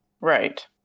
Right